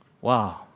Wow